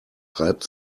reibt